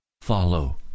Follow